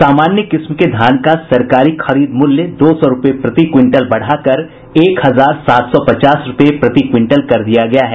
सामान्य किस्म के धान का सरकारी खरीद मूल्य दो सौ रूपये प्रति क्विंटल बढ़ाकर एक हजार सात सौ पचास रूपये प्रति क्विंटल कर दिया गया है